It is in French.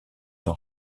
d’en